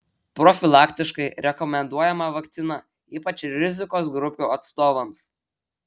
profilaktiškai rekomenduojama vakcina ypač rizikos grupių atstovams